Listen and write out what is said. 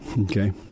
Okay